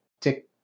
tick